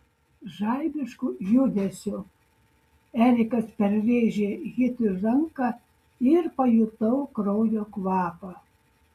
žaibišku judesiu erikas perrėžė hitui ranką ir pajutau kraujo kvapą